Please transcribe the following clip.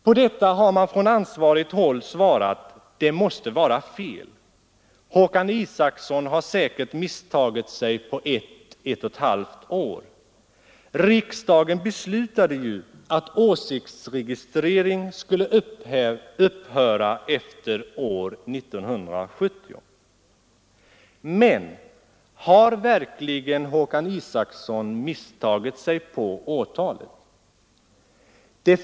På detta har man från ansvarigt håll svarat, att detta måste vara fel, Håkan Isacson har säkert misstagit sig på ett till ett och ett halvt år. Riksdagen beslutade ju att åsiktsregistrering skulle upphöra efter år 1970. Men har verkligen Håkan Isacson misstagit sig på årtalet?